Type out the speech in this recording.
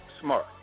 smart